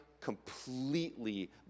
completely